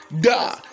da